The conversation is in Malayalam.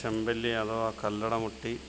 ചെമ്പല്ലി അഥവാ കല്ലടമുട്ടി